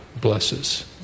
Blesses